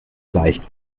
leicht